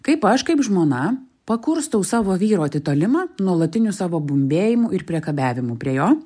kaip aš kaip žmona pakurstau savo vyro atitolimą nuolatiniu savo bumbėjimu ir priekabiavimu prie jo